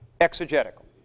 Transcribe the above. exegetical